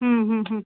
हम्म हम्म हम्म हम्म